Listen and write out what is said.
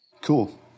Cool